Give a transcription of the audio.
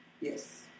Yes